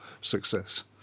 success